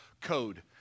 code